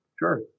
Sure